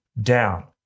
down